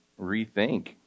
rethink